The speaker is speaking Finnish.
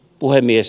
puhemies